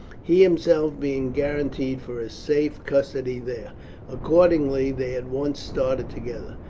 he himself being guarantee for his safe custody there accordingly they at once started together.